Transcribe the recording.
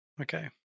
Okay